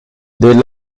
des